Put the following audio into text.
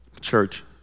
Church